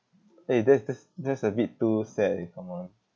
eh that's that's that's a bit too sad eh come on